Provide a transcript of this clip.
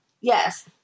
Yes